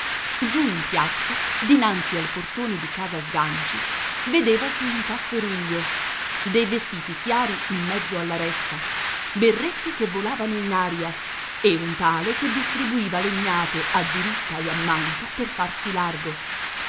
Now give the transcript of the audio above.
giù in piazza dinanzi al portone di casa sganci vedevasi un tafferuglio dei vestiti chiari in mezzo alla ressa berretti che volavano in aria e un tale che distribuiva legnate a diritta e a manca per farsi largo